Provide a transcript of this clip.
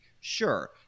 Sure